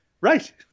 right